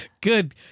Good